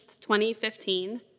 2015